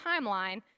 timeline